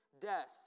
death